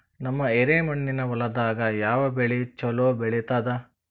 ನಮ್ಮ ಎರೆಮಣ್ಣಿನ ಹೊಲದಾಗ ಯಾವ ಬೆಳಿ ಚಲೋ ಬೆಳಿತದ?